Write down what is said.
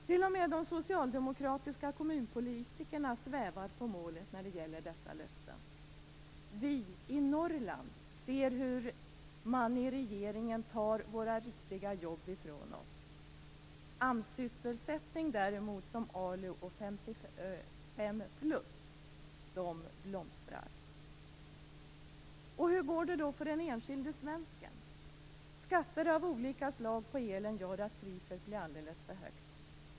T.o.m. de socialdemokratiska kommunpolitikerna svävar på målet när det gäller dessa löften. Vi i Norrland ser hur regeringen tar våra riktiga jobb ifrån oss. AMS-sysselsättningar som ALU och 55-plus blomstrar. Hur går det då för den enskilde svensken. Skatter på elen av olika slag gör att priset blir alldeles för högt.